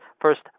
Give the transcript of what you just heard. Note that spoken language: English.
first